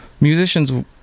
musicians